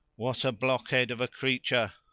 what a blockhead of a creature!